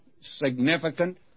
significant